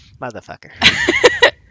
Motherfucker